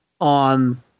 on